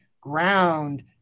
ground